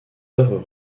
œuvres